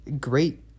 great